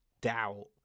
doubt